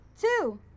Two